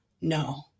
no